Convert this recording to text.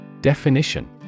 Definition